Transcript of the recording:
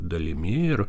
dalimi ir